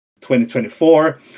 2024